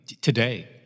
today